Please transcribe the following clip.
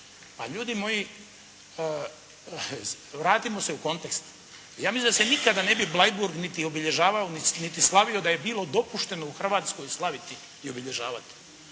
ljudi moji vratimo se u kontekst. Ja mislim da se nikada ne bi Bleiburg niti obilježavao niti slavio da je bilo dopušteno u Hrvatskoj slaviti i obilježavati.